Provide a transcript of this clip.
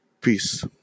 Peace